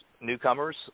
newcomers